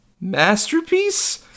masterpiece